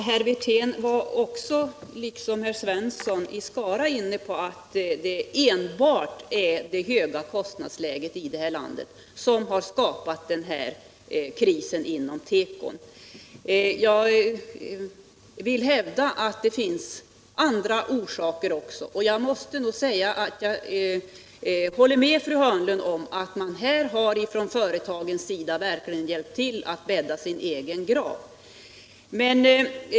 Herr talman! Herr Wirtén var liksom herr Svensson i Skara inne på att det enbart är det höga kostnadsläget i det här landet som har skapat krisen inom teko. Jag vill hävda att det finns andra orsaker också. Jag håller med fru Hörnlund om att man från företagens sida verkligen har hjälpt till att gräva sin egen grav.